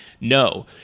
no